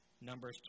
Numbers